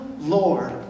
Lord